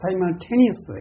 simultaneously